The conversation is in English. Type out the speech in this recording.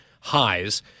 highs